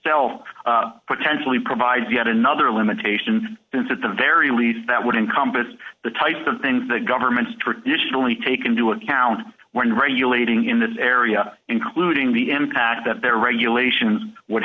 f potentially provides yet another limitation that's at the very least that would encompass the type of things that governments traditionally take into account when regulating in this area including the impact that their regulations would